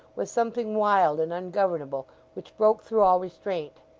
was something wild and ungovernable which broke through all restraint.